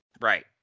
Right